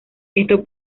esto